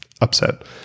upset